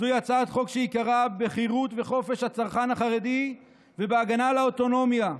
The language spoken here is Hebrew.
זוהי הצעת חוק שעיקרה חירות וחופש הצרכן החרדי והגנה על האוטונומיה.